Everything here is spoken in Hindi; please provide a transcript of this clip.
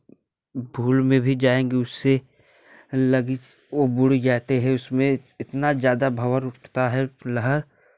भूल में भी जाएँगे उससे लगीच ओ बुड़ जाते हैं उसमें इतना ज़्यादा भंवर उठता है लहर